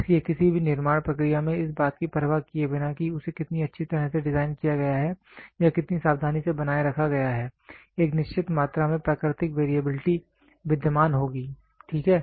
इसलिए किसी भी निर्माण प्रक्रिया में इस बात की परवाह किए बिना कि उसे कितनी अच्छी तरह से डिज़ाइन किया गया है या कितनी सावधानी से बनाए रखा गया है एक निश्चित मात्रा में प्राकृतिक वेरीएबिलिटी विद्यमान होगी ठीक है